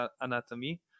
anatomy